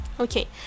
Okay